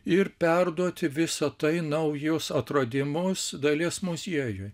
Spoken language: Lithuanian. ir perduoti visa tai naujus atradimus dalies muziejui